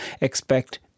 expect